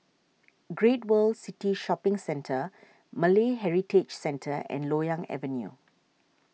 Great World City Shopping Centre Malay Heritage Centre and Loyang Avenue